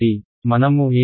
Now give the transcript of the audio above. మనము ఏమి చేయాలి